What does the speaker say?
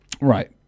Right